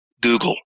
Google